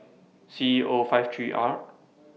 C E O five three R